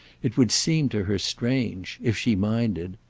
it would seem to her strange if she minded.